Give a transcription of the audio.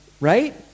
right